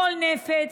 קול נפץ,